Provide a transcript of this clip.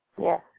Yes